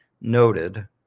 noted